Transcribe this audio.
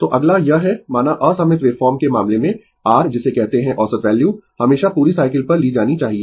तो अगला यह है माना असममित वेवफॉर्म के मामले में r जिसे कहते है औसत वैल्यू हमेशा पूरी साइकिल पर ली जानी चाहिए